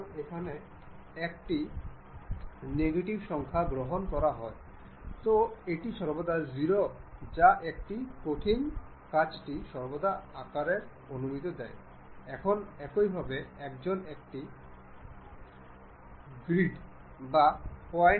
সুতরাং আমরা ম্যাটিংয়ে যাব এবং কনসেন্ট্রিক ভাবে নির্বাচন করব